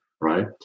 right